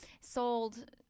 sold